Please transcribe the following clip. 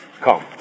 Come